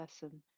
person